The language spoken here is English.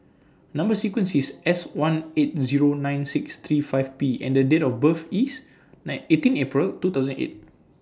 Number sequence IS S one eight Zero nine six three five P and Date of birth IS nine eighteen April two thousand and eight